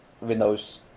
Windows